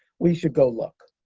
we should go look.